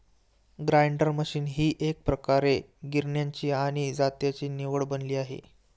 grinder machine ही एकप्रकारे गिरण्यांची आणि जात्याची निवड बनली आहे